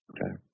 Okay